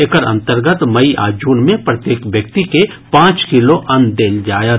एकर अन्तर्गत मई आ जून मे प्रत्येक व्यक्ति के पांच किलो अन्न देल जायत